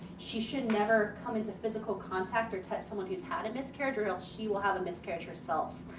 she should never come into physical contact or touch someone who's had a miscarriage or else she will have a miscarriage herself.